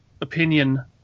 opinion